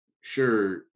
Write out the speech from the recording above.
sure